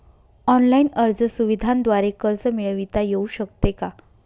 Online अर्ज सुविधांद्वारे कर्ज मिळविता येऊ शकते का?